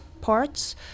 parts